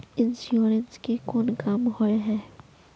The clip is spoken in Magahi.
इंश्योरेंस के कोन काम होय है?